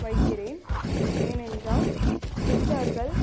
வைக்கிறேன் ஏனென்றால் சுடிதார்கள்